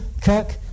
kirk